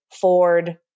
Ford